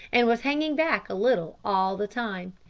and was hanging back a little all the time.